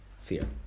fear